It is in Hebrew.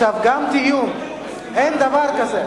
גם דיון, אין דבר כזה.